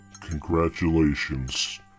Congratulations